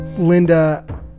Linda